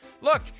Look